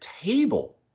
table